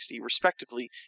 respectively